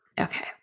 Okay